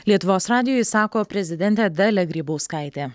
lietuvos radijui sako prezidentė dalia grybauskaitė